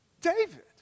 David